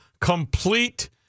complete